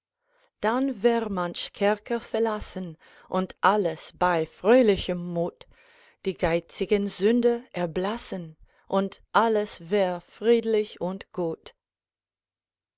dann wär manch kerker verlassen und alles bei fröhlichem mut die geizigen sünder erblassen und alles wär friedlich und gut